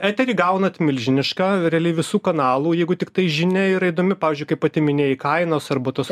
eterį gaunat milžinišką realiai visų kanalų jeigu tiktai žinia yra įdomi pavyzdžiui kaip pati minėjai kainos arba tos